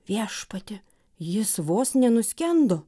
viešpatie jis vos nenuskendo